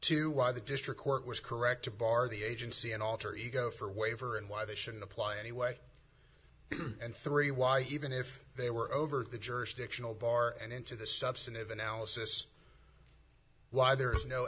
to why the district court was correct to bar the agency and alter ego for waiver and why they shouldn't apply anyway and three why even if they were over the jurisdictional bar and into the substantive analysis why there is no